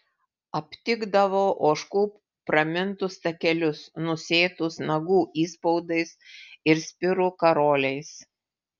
aptikdavau ožkų pramintus takelius nusėtus nagų įspaudais ir spirų karoliais